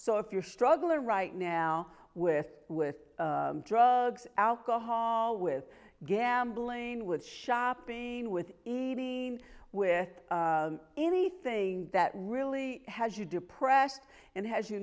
so if you're struggling right now with with drugs alcohol with gambling with shopping with eating with anything that really has you depressed and has you